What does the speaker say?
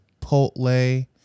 Chipotle